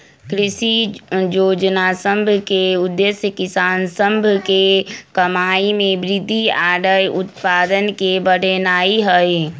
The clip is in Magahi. कृषि जोजना सभ के उद्देश्य किसान सभ के कमाइ में वृद्धि आऽ उत्पादन के बढ़ेनाइ हइ